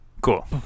Cool